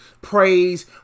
praise